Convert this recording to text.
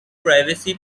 privacy